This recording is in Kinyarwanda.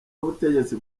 y’ubutegetsi